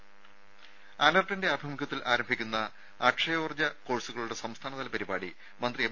രുമ അനെർട്ടിന്റെ ആഭിമുഖ്യത്തിൽ ആരംഭിക്കുന്ന അക്ഷയോർജ്ജ കോഴ്സുകളുടെ സംസ്ഥാനതല പരിപാടി മന്ത്രി എം